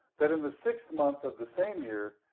that in the sixth month of the same year,